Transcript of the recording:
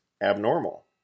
abnormal